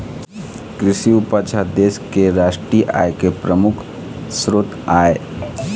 कृषि उपज ह देश के रास्टीय आय के परमुख सरोत आय